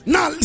Now